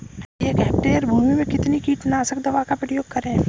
एक हेक्टेयर भूमि में कितनी कीटनाशक दवा का प्रयोग करें?